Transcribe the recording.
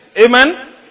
Amen